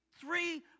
three